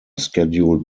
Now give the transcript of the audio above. scheduled